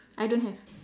I don't have